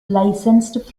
licensed